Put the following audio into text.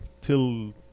till